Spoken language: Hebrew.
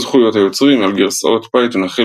זכויות היוצרים על גרסאות פייתון החל